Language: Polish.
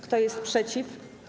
Kto jest przeciw?